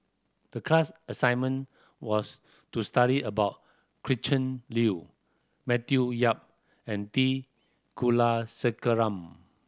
the class assignment was to study about Gretchen Liu Matthew Yap and T Kulasekaram